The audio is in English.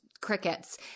crickets